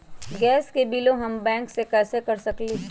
Gas के बिलों हम बैंक से कैसे कर सकली?